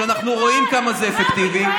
שאנחנו רואים כמה זה אפקטיבי,